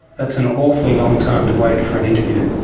that's an awfully long time to wait for an interview.